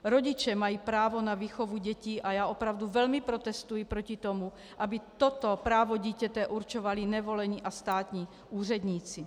Rodiče mají právo na výchovu dětí a já opravdu velmi protestuji proti tomu, aby toto právo dítěte určovali nevolení a státní úředníci.